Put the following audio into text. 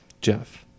Jeff